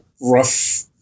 rough